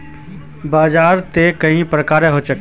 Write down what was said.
बाजार त कई प्रकार होचे?